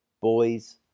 Boys